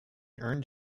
earned